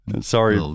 Sorry